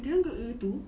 didn't get A two